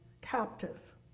captive